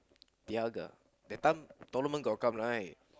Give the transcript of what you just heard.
tiaga that time tournament got come right